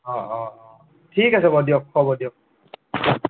অঁ অঁ অঁ ঠিক আছে বাৰু দিয়ক হ'ব দিয়ক